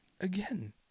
again